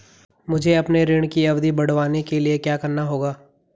मुझे अपने ऋण की अवधि बढ़वाने के लिए क्या करना होगा?